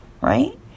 right